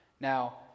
Now